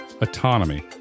autonomy